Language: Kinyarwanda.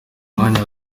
mwanya